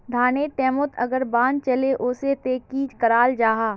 धानेर टैमोत अगर बान चले वसे ते की कराल जहा?